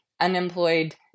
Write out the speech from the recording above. unemployed